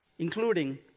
Including